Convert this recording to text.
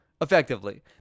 Effectively